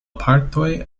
partoj